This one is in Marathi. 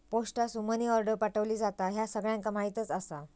पोस्टासून मनी आर्डर पाठवली जाता, ह्या सगळ्यांका माहीतच आसा